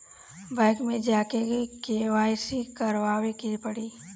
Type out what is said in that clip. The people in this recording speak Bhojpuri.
बैक मे जा के के.वाइ.सी करबाबे के पड़ी?